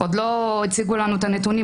עוד לא הציגו לנו את הנתונים,